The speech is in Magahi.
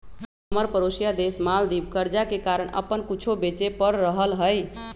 हमर परोसिया देश मालदीव कर्जा के कारण अप्पन कुछो बेचे पड़ रहल हइ